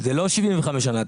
זה לא 75 שנה,